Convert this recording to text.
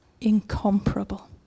incomparable